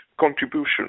contribution